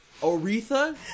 Aretha